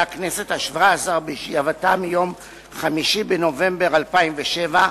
הכנסת השבע-עשרה בישיבתה ביום 5 בנובמבר 2007,